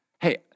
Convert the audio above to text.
Hey